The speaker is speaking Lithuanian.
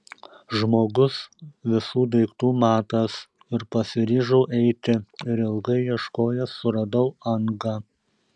žmogus visų daiktų matas ir pasiryžau eiti ir ilgai ieškojęs suradau angą